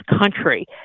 country